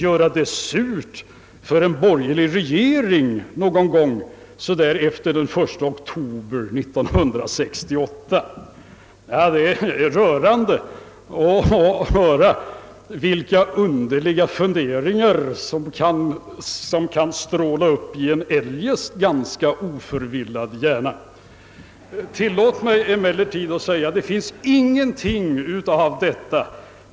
— göra det surt för en borgerlig regering någon gång efter den 1 oktober 1968. Ja, det är rörande att höra vilka underliga funderingar som kan stråla upp i en eljest ganska oförvillad hjärna! Tillåt mig emellertid att säga att ingenting av allt detta är sant.